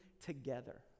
together